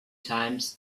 times